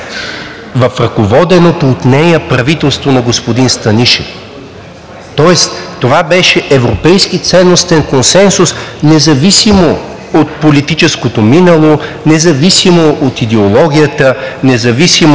в ръководеното от нея правителство на господин Станишев. Тоест това беше европейски ценностен консенсус независимо от политическото минало, независимо от идеологията, независимо от